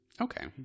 okay